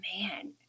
man